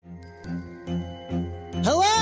Hello